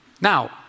Now